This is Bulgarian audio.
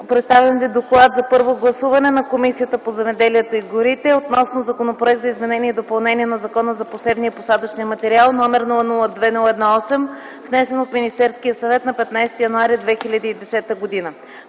представям ви: „ДОКЛАД за първо гласуване на Комисията по земеделието и горите по Законопроект за изменение и допълнение на Закона за посевния и посадъчния материал, № 002-01-8, внесен от Министерски съвет на 15 януари 2010 г.